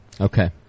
okay